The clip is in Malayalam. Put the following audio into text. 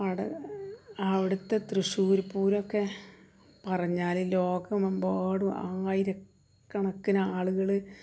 അവിടുത്തെ തൃശ്ശൂര് പൂരമൊക്കെ പറഞ്ഞാല് ലോകമെമ്പാടും ആയിരക്കണക്കിനാളുകള്